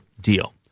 deal